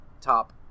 top